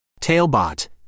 Tailbot